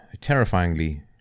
terrifyingly